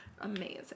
Amazing